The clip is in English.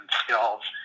skills